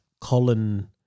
Colin